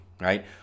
Right